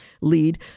lead